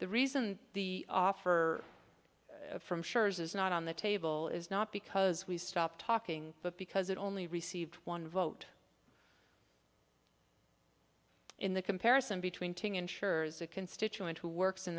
the reason the offer from schur's is not on the table is not because we stopped talking but because it only received one vote in the comparison between tng insurers a constituent who works in